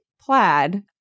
plaid